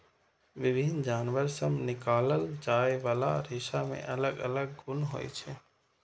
विभिन्न जानवर सं निकालल जाइ बला रेशा मे अलग अलग गुण होइ छै